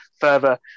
further